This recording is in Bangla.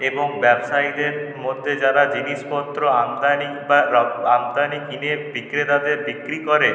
এবং ব্যবসায়ীদের মধ্যে যারা জিনিসপত্র আমদানি বা রপ আমদানি কিনে বিক্রেতাদের বিক্রি করে